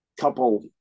couple